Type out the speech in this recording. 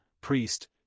priest